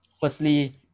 firstly